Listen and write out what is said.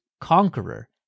Conqueror